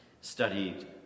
studied